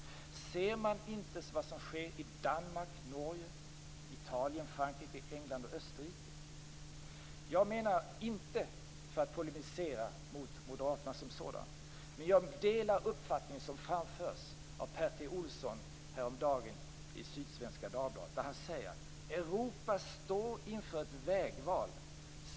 Ser man inte vad som sker i Danmark, Norge, Italien, Frankrike, England och Österrike? Jag vill inte polemisera mot moderaterna, men jag delar den uppfattning som framfördes av Per T Ohlsson häromdagen i Sydsvenska Dagbladet. Han skriver att Europa står inför ett vägval.